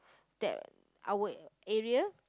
there our area